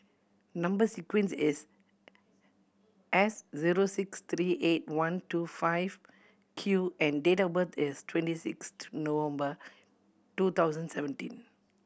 number sequence is S zero six three eight one two five Q and date of birth is twenty six November two thousand seventeen